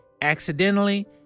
accidentally